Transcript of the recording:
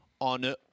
on